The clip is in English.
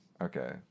Okay